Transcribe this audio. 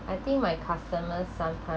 I think my customers sometimes